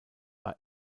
war